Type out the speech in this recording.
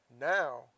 Now